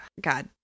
God